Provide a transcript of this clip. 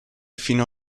fino